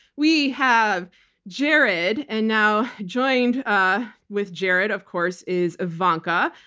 we have jared, and now joined ah with jared, of course, is ivanka.